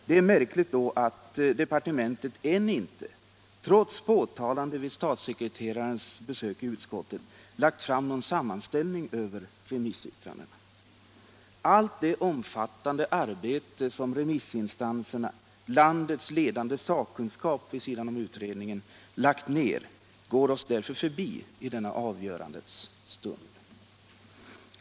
Det är då märkligt att departementet ännu inte, trots påtalande vid statssekreterarens besök i utskottet, har lagt fram någon sammanställning över remissyttrandena. Allt det omfattande arbete som remissinstanserna, landets ledande sakkunskap vid sidan om utredningen, har lagt ned går oss därför förbi i denna avgörandets stund.